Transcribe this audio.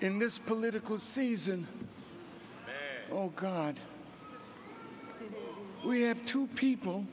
in this political season oh god we have two people